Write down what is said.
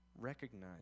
Recognize